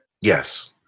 Yes